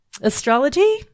Astrology